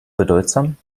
bedeutsam